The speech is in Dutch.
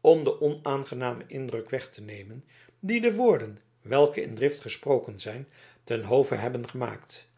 om den onaangenamen indruk weg te nemen dien de woorden welke in drift gesproken zijn ten hove hebben gemaakt